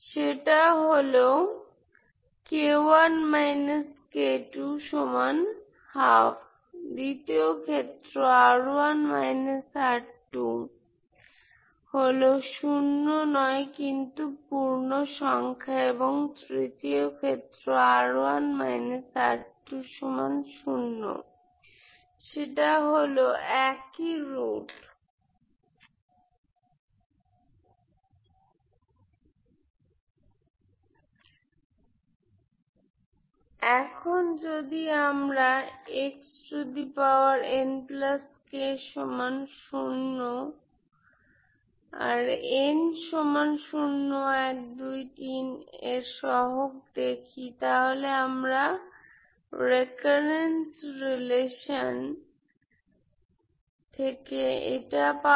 সেটা হল দ্বিতীয় ক্ষেত্র হল শূন্য নয় কিন্তু পূর্ণ সংখ্যা এবং তৃতীয় ক্ষেত্র সেটা হল একই রুট এখন যদি আমরা এর সহগ দেখি তাহলে আমরা রেকারেন্স রিলেশন পাব